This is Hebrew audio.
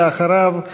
ואחריו,